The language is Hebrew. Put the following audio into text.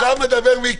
אבל עכשיו מדבר מיקי.